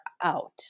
out